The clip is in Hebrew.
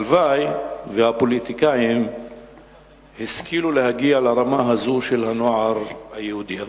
הלוואי שהפוליטיקאים ישכילו להגיע לרמה הזאת של הנוער היהודי.